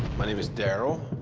my name is daryl.